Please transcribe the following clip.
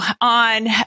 on